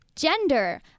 Gender